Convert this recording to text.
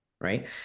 right